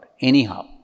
Anyhow